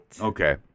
okay